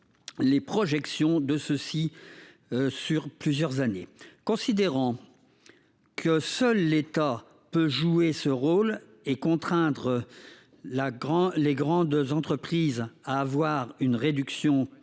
les projections effectuées sur plusieurs années. Considérant que seul l’État peut jouer ce rôle et contraindre les grandes entreprises à engager une réduction